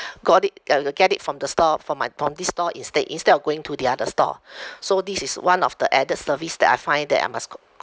got it uh uh get it from the store from my from this store instead instead of going to the other store so this is one of the added service that I find that I must co~ co~